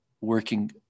working